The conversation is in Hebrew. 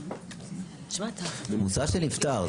מוסע שנפטר,